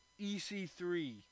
EC3